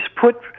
put